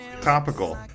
topical